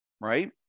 right